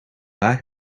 waar